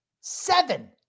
seven